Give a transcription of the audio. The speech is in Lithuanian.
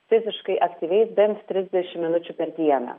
fiziškai aktyviais bent trisdešim minučių per dieną